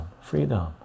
freedom